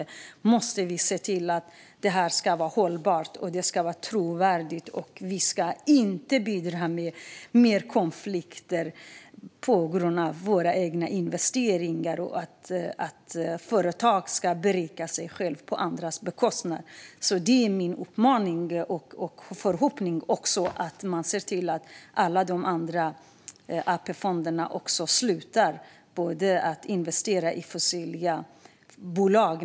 Vi måste se till att det ska vara hållbart och trovärdigt. Vi ska inte bidra till mer konflikter på grund av våra investeringar och på grund av att företag ska berika sig själva på andras bekostnad. Det är min uppmaning och förhoppning att man ska se till att också de andra AP-fonderna slutar investera i fossila bolag.